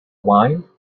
vine